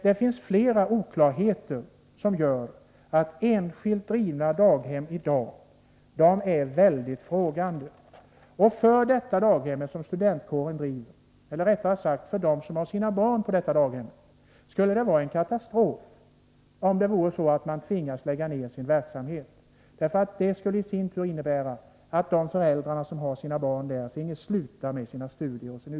Det finns flera oklarheter som gör att man på de enskilt drivna daghemmen i dag är mycket frågande. För dem som har sina barn på det av studentkåren drivna daghemmet skulle det vara en katastrof om kåren tvingades lägga ned sin verksamhet. Det skulle nämligen i sin tur innebära att föräldrarna måste sluta med sina studier.